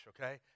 okay